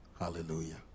Hallelujah